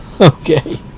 Okay